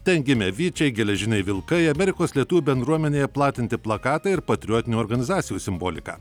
ten gimė vyčiai geležiniai vilkai amerikos lietuvių bendruomenėje platinti plakatai ir patriotinių organizacijų simbolika